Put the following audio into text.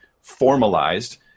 formalized